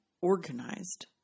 organized